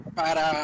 para